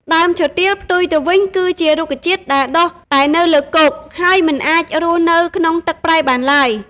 ដើមឈើទាល ផ្ទុយទៅវិញ គឺជារុក្ខជាតិដែលដុះតែនៅលើគោក ហើយមិនអាចរស់នៅក្នុងទឹកប្រៃបានឡើយ។